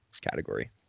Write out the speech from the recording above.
category